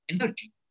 energy